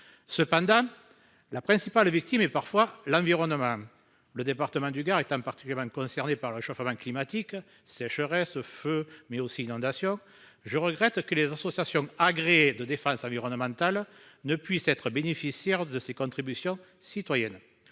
Cependant, la principale victime et parfois l'environnement. Le département du Gard est un particulièrement concerné par le réchauffement climatique sécheresses, feux mais aussi inondations. Je regrette que les associations agréées de défense environnementale ne puisse être bénéficiaire de ces contributions citoyennes.